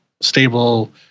stable